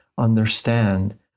understand